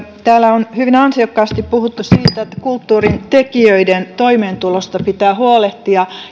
täällä on hyvin ansiokkaasti puhuttu siitä että kulttuurin tekijöiden toimeentulosta pitää huolehtia